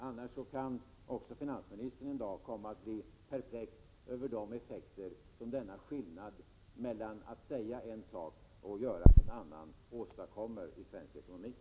Annars kan också finansministern en dag komma att bli perplex över de effekter som detta att säga en sak och göra en annan åstadkommer i ekonomin.